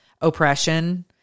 oppression